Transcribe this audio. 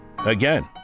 again